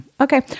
okay